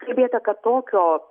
kalbėta kad tokio